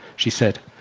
she said,